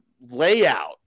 layout